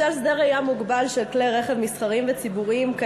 בשל שדה ראייה מוגבל של כלי רכב מסחריים וציבוריים יש